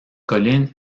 colline